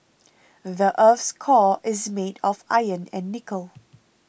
the earth's core is made of iron and nickel